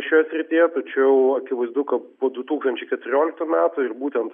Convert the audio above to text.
šioje srityje tačiau akivaizdu kad po du tūkstančiai keturioliktų metų ir būtent